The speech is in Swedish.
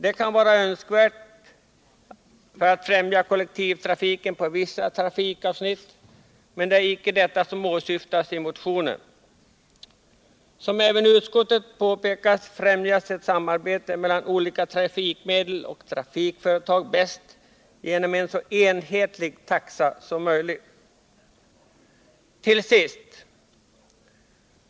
Det kan vara önskvärt för att främja kollektivtrafiken på vissa trafikavsnitt, men det är icke detta som åsyftas med min motion. Som även utskottet påpekat främjas ett samarbete mellan olika trafikmedel och trafikföretag bäst genom en så enhetlig taxa som möjligt. Till sist!